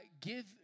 Give